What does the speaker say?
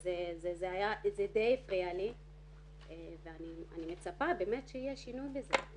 זה די הפריע לי ואני מצפה באמת שיהיה שינוי בזה.